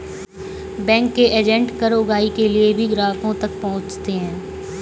bank के agent कर उगाही के लिए भी ग्राहकों तक पहुंचते हैं